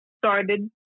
started